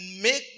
make